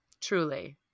Truly